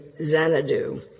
Xanadu